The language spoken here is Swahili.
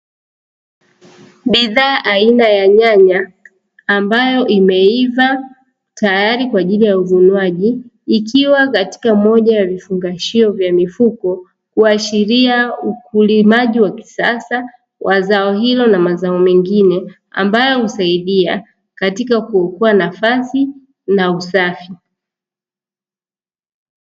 Bidhaa aina ya nyanya ambayo imeiva tayari kwa ajili ya uvunwaji, ikiwa katika moja ya vifungashio vya mifuko kuashiria ulimaji wa kisasa wa zao hilo na mazao mengine, ambayo husaidia katika kuibua nafasi na usafi.